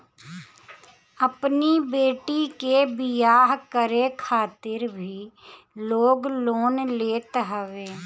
अपनी बेटी के बियाह करे खातिर भी लोग लोन लेत हवे